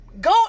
go